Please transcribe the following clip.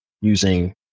using